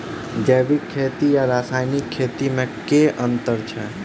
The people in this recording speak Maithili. जैविक खेती आ रासायनिक खेती मे केँ अंतर छै?